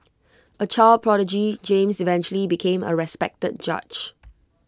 A child prodigy James eventually became A respected judge